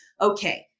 okay